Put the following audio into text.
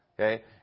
Okay